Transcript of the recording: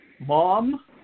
Mom